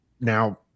Now